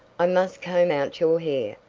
i must comb out your hair.